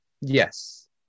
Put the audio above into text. Yes